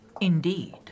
Indeed